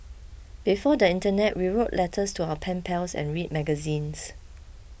before the internet we wrote letters to our pen pals and read magazines